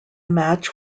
match